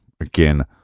again